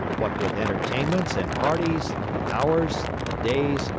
what with entertainments and parties, the hours, the days,